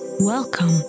Welcome